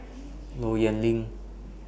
Low Yen Ling